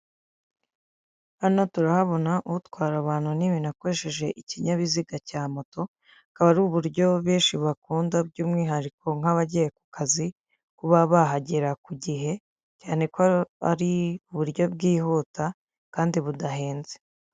Hano turahabona utwara abantu n'ibintu akoresheje ikinyabiziga cya moto, akaba ari uburyo benshi bakunda by'umwihariko nk'abagiye ku kazi kuba bahagera ku gihe, cyane ko ari buryo bwihuta kandi budahenze.